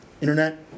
Internet